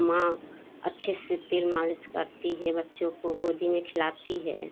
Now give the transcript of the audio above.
माँ अच्छे से तेल मालिश करती है बच्चों को गोदी में खिलाती है